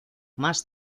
más